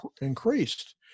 increased